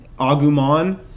Agumon